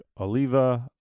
Oliva